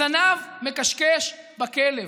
הזנב מכשכש בכלב,